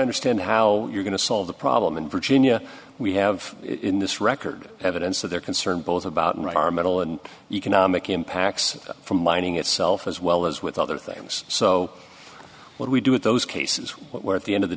to stand how you're going to solve the problem in virginia we have in this record evidence of their concern both about environmental and economic impacts from mining itself as well as with other things so what we do with those cases where at the end of the